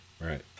right